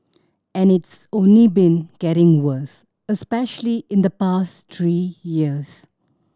and it's only been getting worse especially in the past three years